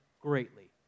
greatly